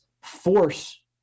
force